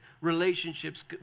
relationships